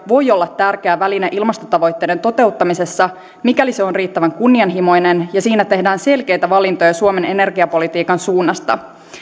voi olla tärkeä väline ilmastotavoitteiden toteuttamisessa mikäli se on riittävän kunnianhimoinen ja siinä tehdään selkeitä valintoja suomen energiapolitiikan suunnasta